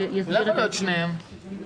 למה לא את שניהם?